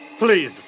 Please